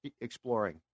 exploring